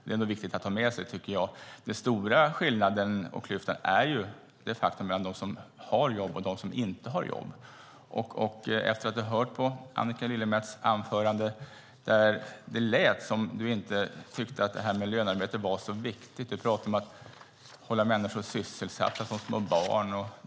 Det är viktigt att ha med sig det, tycker jag. Den stora skillnaden och klyftan är ju - det är ett faktum - mellan dem som har jobb och dem som inte har jobb. Jag har lyssnat på Annika Lillemets anförande. Det lät som att du inte tyckte att det här med lönearbete var så viktigt. Du pratade om att hålla människor sysselsatta som små barn.